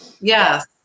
Yes